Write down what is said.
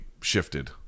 shifted